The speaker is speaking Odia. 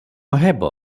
ହେବ